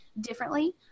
differently